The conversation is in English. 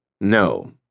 No